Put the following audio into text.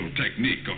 technique